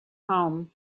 home